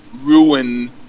ruin